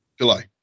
July